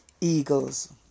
eagles